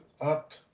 up